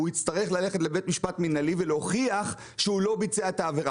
הוא יצטרך ללכת לבית משפט מינהלי ולהוכיח שהוא לא ביצע את העבירה.